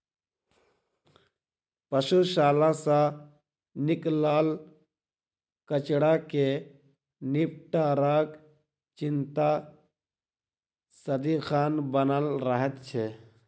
पशुशाला सॅ निकलल कचड़ा के निपटाराक चिंता सदिखन बनल रहैत छै